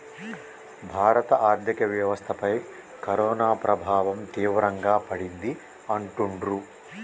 భారత ఆర్థిక వ్యవస్థపై కరోనా ప్రభావం తీవ్రంగా పడింది అంటుండ్రు